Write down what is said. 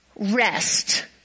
rest